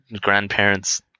grandparents